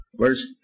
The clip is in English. verse